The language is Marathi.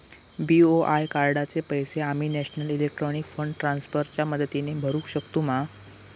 बी.ओ.आय कार्डाचे पैसे आम्ही नेशनल इलेक्ट्रॉनिक फंड ट्रान्स्फर च्या मदतीने भरुक शकतू मा?